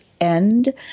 end